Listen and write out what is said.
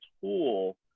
tool